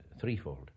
threefold